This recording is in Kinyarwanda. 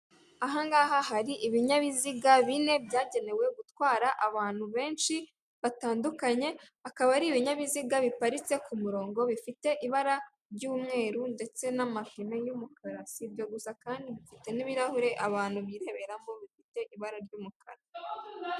Aha ngaha hari ibinyabiziga bine, byagenewe gutwara abantu benshi batandukanye, akaba ari ibinyabiziga biparitse ku murongo bifite ibara ry'umweru ndetse n'amapine y'umukara, si ibyo gusa kandi bifite n'ibirahure abantu bireberamo, bifite ibara ry'umukara.